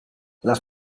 les